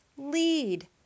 lead